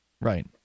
Right